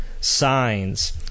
signs